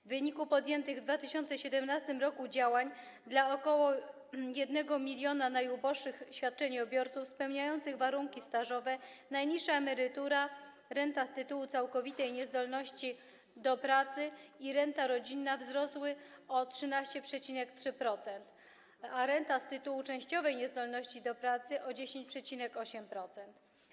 W wyniku podjętych w 2017 r. działań skierowanych do ok. 1 mln najuboższych świadczeniobiorców spełniających warunki stażowe najniższa emerytura, renta z tytułu całkowitej niezdolności do pracy i renta rodzinna wzrosły o 13,3%, a renta z tytułu częściowej niezdolności do pracy wzrosła o 10,8%.